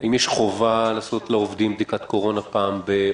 האם יש חובה לעשות לעובדים בדיקת קורונה פעם ב...